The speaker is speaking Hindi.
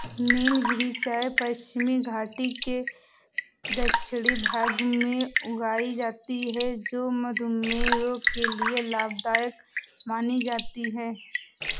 नीलगिरी चाय पश्चिमी घाटी के दक्षिणी भाग में उगाई जाती है जो मधुमेह रोग के लिए लाभदायक मानी जाती है